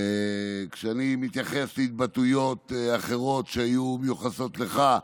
כשאני מתייחס להתבטאויות אחרות שהיו מיוחסות לך,